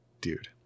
dude